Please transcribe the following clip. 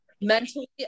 Mentally